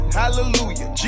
hallelujah